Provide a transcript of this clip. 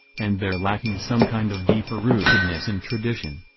and they're lacking some kind of deeper rootedness in tradition.